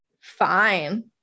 fine